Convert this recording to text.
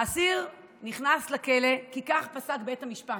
האסיר נכנס לכלא כי כך פסק בית המשפט.